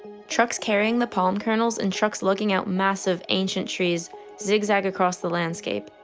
trucks carrying the palm kernels and trucks lugging out massive ancient trees zigzag across the landscape.